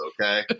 okay